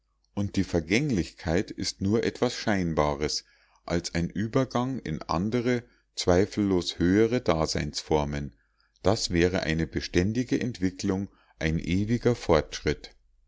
und die vergänglichkeit ist nur etwas scheinbares als ein übergang in andere zweifellos höhere daseinsformen das wäre eine beständige entwicklung ein ewiger fortschritt